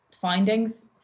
findings